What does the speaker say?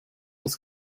das